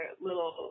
little